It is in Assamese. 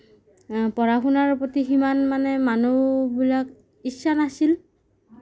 পঢ়া শুনাৰ প্ৰতি সিমান মানে মানুহবিলাকৰ ইচ্ছা নাছিল